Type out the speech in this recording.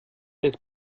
jetzt